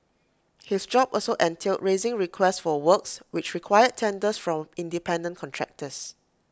his job also entailed raising requests for works which required tenders from independent contractors